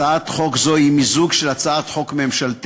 הצעת חוק זו היא מיזוג של הצעת חוק ממשלתית